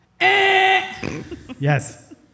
Yes